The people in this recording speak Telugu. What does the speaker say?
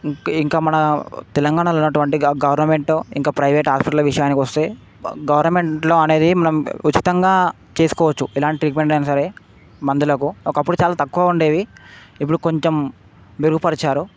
ఇంకా మన తెలంగాణలో ఉన్నటువంటి గవర్నమెంట్ ఇంకా ప్రైవేట్ హాస్పిటల్ విషయానికి వస్తే గవర్నమెంట్లో అనేది మనం ఉచితంగా చేసుకోవచ్చు ఎలాంటి ట్రీట్మెంట్ అయినా సరే మందులకు ఒక్కప్పుడు చాలా తక్కువ ఉండేవి ఇప్పుడు కొంచెం మెరుగుపరిచారు